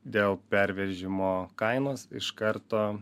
dėl pervežimo kainos iš karto